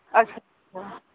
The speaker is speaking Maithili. अच्छा हँ